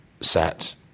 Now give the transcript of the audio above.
set